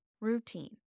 routine